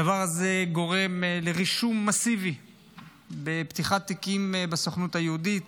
הדבר הזה גורם לרישום מסיבי בפתיחת תיקים בסוכנות היהודית.